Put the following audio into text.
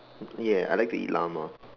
ya I like to eat llama